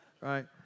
right